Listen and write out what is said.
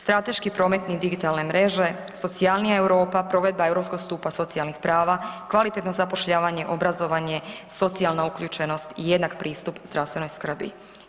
Strateški promet, digitalne mreže, socijalnija Europa, provedba europskog stupa socijalnih prava, kvalitetno zapošljavanje, obrazovanje, socijalna uključenost i jednak pristup zdravstvenoj skrbi.